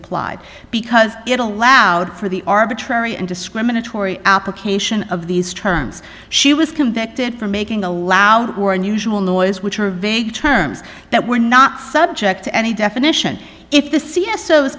applied because it allowed for the arbitrary and discriminatory application of these terms she was convicted for making a loud or unusual noise which are vague terms that were not subject to any definition if the c